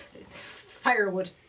Firewood